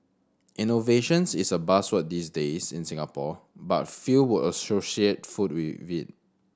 innovations is a buzzword these days in Singapore but few would associate food with in